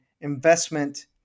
investment